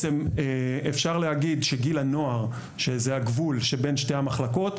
אפשר להגיד שגיל הנוער שזה הגבול שבין שתי המחלקות,